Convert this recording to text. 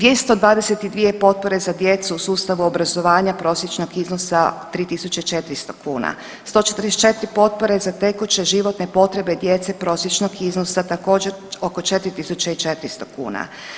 22, 222 potpore za djecu u sustavu obrazovanja prosječnog iznosa 3.400 kuna, 144 potpore za tekuće životne potrebe djece prosječnog iznosa također oko 4.400 kuna.